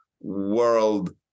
world